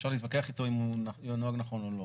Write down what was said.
אפשר להתווכח איתו אם הוא נוהג נכון או לא,